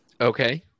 Okay